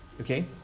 okay